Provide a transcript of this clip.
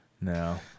No